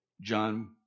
John